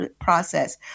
process